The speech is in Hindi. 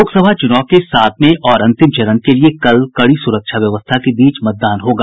लोकसभा चुनाव के सातवें और अंतिम चरण के लिये कल कड़ी सुरक्षा व्यवस्था के बीच मतदान होगा